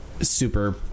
super